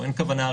אין כוונה,